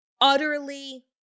utterly